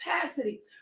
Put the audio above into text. capacity